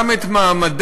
גם את מעמדם.